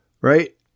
right